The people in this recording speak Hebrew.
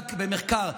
נבדק במחקר.